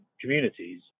communities